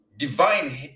Divine